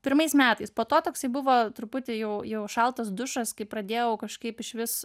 pirmais metais po to toksai buvo truputį jau jau šaltas dušas kai pradėjau kažkaip išvis